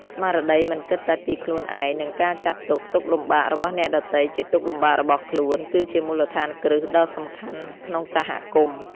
ស្មារតីមិនគិតតែពីខ្លួនឯង និងការចាត់ទុក ទុក្ខលំបាករបស់អ្នកដទៃជាទុក្ខលំបាករបស់ខ្លួន គឺជាមូលដ្ឋានគ្រឹះដ៏សំខាន់ក្នុងសហគមន៍។